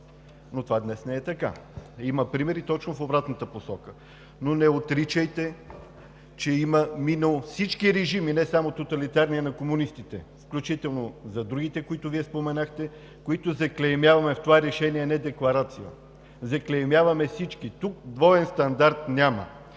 Но това днес не е така. Има примери точно в обратната посока. Но не отричайте, че има всички режими, не само тоталитарния на комунистите, включително за другите, които Вие споменахте, които заклеймяваме в това решение, а не декларация. Заклеймяваме всички, тук двоен стандарт няма.